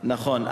נכון.